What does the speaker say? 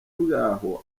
bwaho